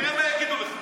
תראה מה יגידו לך.